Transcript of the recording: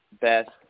best